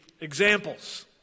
examples